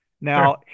Now